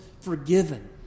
forgiven